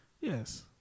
yes